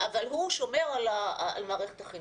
אבל הוא שומר על מערכת החינוך,